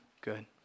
good